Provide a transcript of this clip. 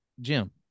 Jim